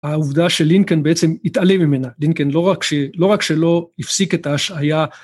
העובדה של לינקאן בעצם התעלם ממנה, לינקאן לא רק שלא הפסיק את השעייה.